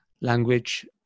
language